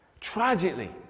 tragically